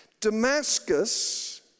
Damascus